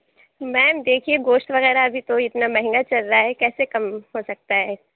میم دیکھیئے گوشت وغیرہ ابھی تو اتنا مہنگا چل رہا ہے کیسے کم ہو سکتا ہے